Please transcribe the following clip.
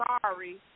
sorry